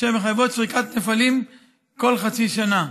אשר מחייבות סריקת נפלים כל חצי שנה.